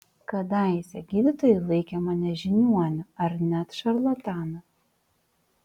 kadaise gydytojai laikė mane žiniuoniu ar net šarlatanu